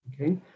Okay